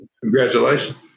Congratulations